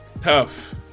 Tough